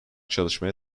çalışmaya